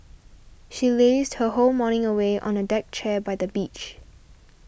she lazed her whole morning away on a deck chair by the beach